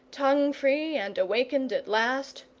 tongue-free and awakened at last,